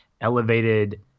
elevated